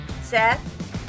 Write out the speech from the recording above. Seth